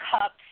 Cups